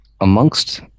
amongst